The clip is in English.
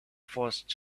forced